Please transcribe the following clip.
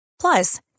Plus